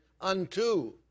unto